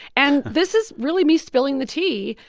and this is really me spilling the tea,